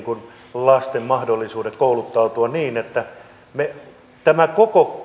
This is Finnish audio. lasten mahdollisuudet kouluttautua niin että koko